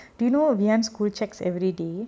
do you know vihan's school checks every day